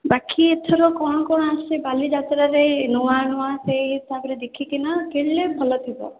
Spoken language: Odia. ବାକି ଏଥର କ'ଣ କ'ଣ ଆସୁଛି ବାଲି ଯାତ୍ରାରେ ନୂଆ ନୂଆ ସେହି ହିସାବରେ ଦେଖିକି ନା କିଣିଲେ ଭଲ ଥିବ